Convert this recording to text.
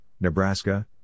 Nebraska